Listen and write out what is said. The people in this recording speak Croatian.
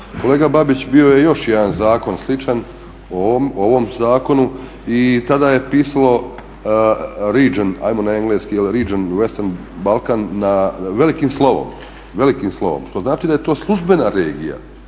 Kolega Babić, bio je još jedna zakon sličan ovom zakonu i tada je pisalo … velikim slovom, velikom slovom. Što znači da je to službena regija.